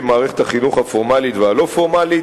במערכת החינוך הפורמלית והלא-פורמלית,